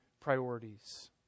priorities